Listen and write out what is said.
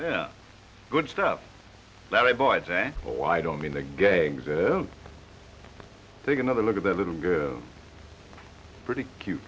yeah good stuff that we boys say well why don't mean the gangs take another look at that little girl pretty cute